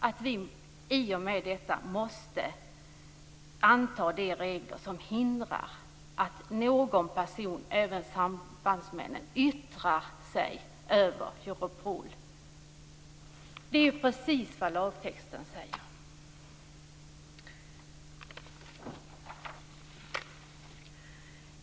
Alltså: I och med detta måste vi anta regler som hindrar att några personer, inklusive sambandsmännen, yttrar sig över Europol. Det är precis vad lagtexten säger.